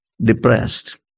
Depressed